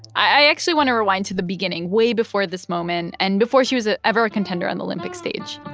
i actually want to rewind to the beginning, way before this moment and before she was ah ever a contender on the olympic stage